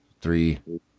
Three